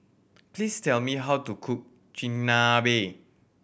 please tell me how to cook Chigenabe